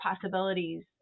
possibilities